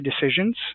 decisions